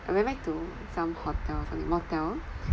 I went back to some hotel some motel